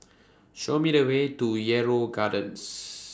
Show Me The Way to Yarrow Gardens